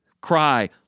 Cry